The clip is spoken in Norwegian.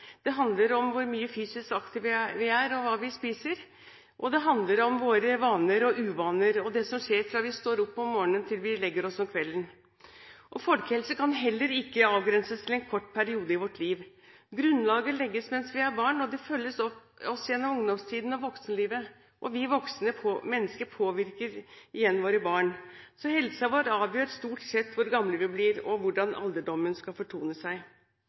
Det handler om hvor fysisk aktive vi er, og hva vi spiser. Det handler om våre vaner og uvaner, og det som skjer fra vi står opp om morgenen til vi legger oss om kvelden. Folkehelse kan heller ikke avgrenses til en kort periode i vårt liv. Grunnlaget legges mens vi er barn og følger oss opp gjennom ungdomstiden og voksenlivet. Vi voksne mennesker påvirker igjen våre barn. Helsen vår avgjør stort sett hvor gamle vi blir, og hvordan alderdommen skal fortone seg.